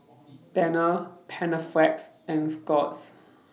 Tena Panaflex and Scott's